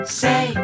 say